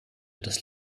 das